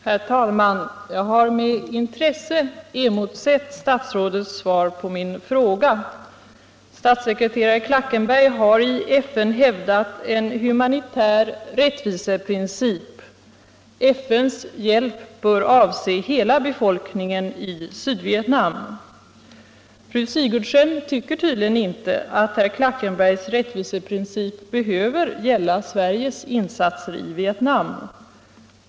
Herr talman! Jag har med intresse emotsett statsrådets svar på min fråga. Statssekreterare Klackenberg har i FN hävdat en humanitär rättviseprincip: FN:s hjälp bör avse hela befolkningen i Sydvietnam. Fru Sigurdsen tycker tydligen inte att herr Klackenbergs rättviseprincip behöver gälla Sveriges insatser i Vietnam.